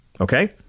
Okay